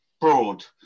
broad